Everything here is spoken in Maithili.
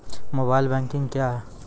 मोबाइल बैंकिंग क्या हैं?